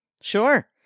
Sure